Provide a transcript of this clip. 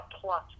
plus